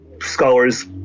scholars